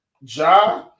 Ja